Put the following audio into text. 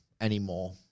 anymore